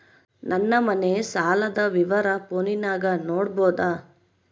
ನನ್ನ ಮನೆ ಸಾಲದ ವಿವರ ಫೋನಿನಾಗ ನೋಡಬೊದ?